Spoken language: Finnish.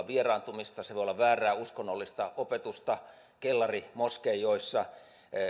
vieraantumista se voi olla väärää uskonnollista opetusta kellarimoskeijoissa